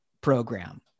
program